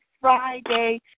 Friday